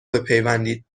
بپیوندید